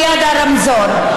ליד הרמזור.